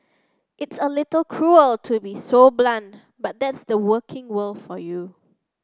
it's a little cruel to be so blunt but that's the working world for you